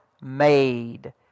made